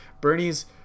Bernie's